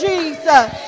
Jesus